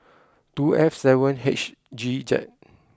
two F seven H G Z